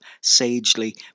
sagely